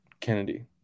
Kennedy